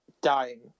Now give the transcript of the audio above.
dying